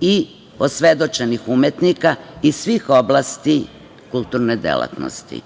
i osvedočenih umetnika iz svih oblasti kulturne delatnosti: